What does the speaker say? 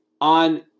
on